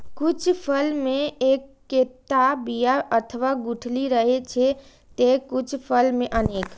कुछ फल मे एक्केटा बिया अथवा गुठली रहै छै, ते कुछ फल मे अनेक